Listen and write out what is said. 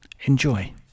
Enjoy